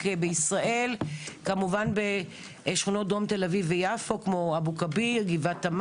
מדובר בבני אדם שגרים שם